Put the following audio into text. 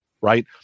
Right